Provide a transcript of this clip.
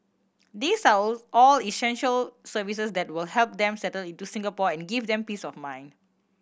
these are all all essential services that will help them settle into Singapore and give them peace of mind